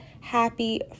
Happy